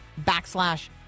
backslash